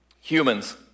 Humans